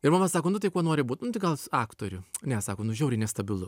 ir mama sako nu tai kuo nori būt nu tai gal aktoriu ne sako nu žiauriai nestabilu